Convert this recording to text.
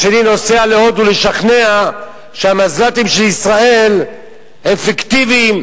השני נוסע להודו לשכנע שהמזל"טים של ישראל הם פיקטיביים,